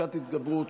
פסקת התגברות),